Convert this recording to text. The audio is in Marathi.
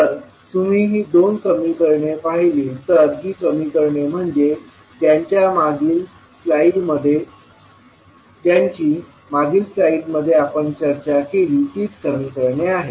जर तुम्ही ही दोन समीकरणे पाहिली तर ही समीकरणे म्हणजे ज्यांची मागील स्लाइडमध्ये आपण चर्चा केली तीच समीकरणे आहेत